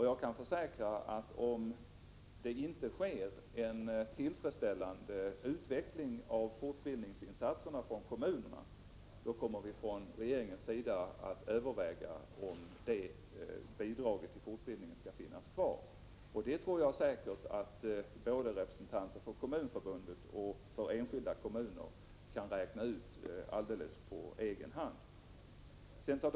Jag kan försäkra att regeringen, om det inte sker en tillfredsställande utveckling av fortbildningsinsatserna från kommunernas sida, kommer att överväga om bidraget till fortbildningen skall finnas kvar. Det tror jag säkert att representanter för både Kommunförbundet och enskilda kommuner alldeles på egen hand kan räkna ut.